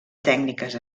tècniques